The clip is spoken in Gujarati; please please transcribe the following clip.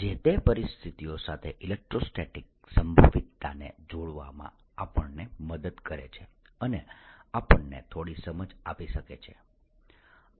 જે તે પરિસ્થિતિઓ સાથે ઇલેક્ટ્રોસ્ટેટિક સંભવિતતાને જોડવામાં આપણને મદદ કરે છે અને આપણને થોડી સમજ આપી શકે છે